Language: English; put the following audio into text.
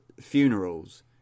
funerals